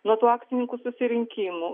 nuo tų akcininkų susirinkimų